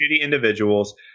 individuals